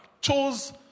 chose